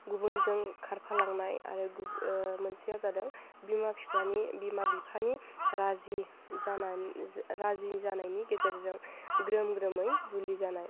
गुबुनजों खारफा लांनाय आरो मोनसेया जादों बिमा फिफानि बिमा बिफानि राजि जाना राजि जानायनि गेजेरजों ग्रोम ग्रोमै जुलि जानाय